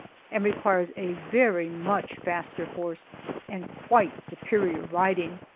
and requires a very much faster horse and quite superior riding.